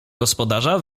gospodarza